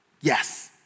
Yes